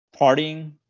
partying